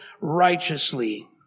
righteously